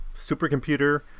supercomputer